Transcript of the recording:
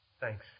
Thanks